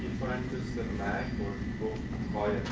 just the mac or oh